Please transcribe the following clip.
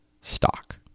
stock